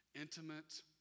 intimate